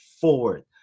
forward